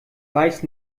weiß